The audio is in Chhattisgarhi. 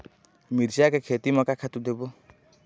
मिरचा के खेती म का खातू देबो?